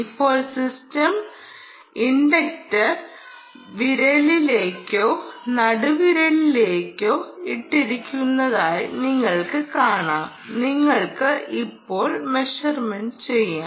ഇപ്പോൾ system index വിരലിലേക്കോ നടുവിരലിലേക്കോ ഇട്ടിരിക്കുന്നതായി നിങ്ങൾക്ക് കാണാം നിങ്ങൾക്ക് ഇപ്പോൾ മെഷർമെന്റ് ചെയ്യാം